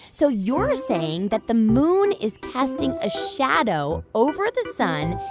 so you're saying that the moon is casting a shadow over the sun,